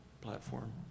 platform